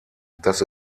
dass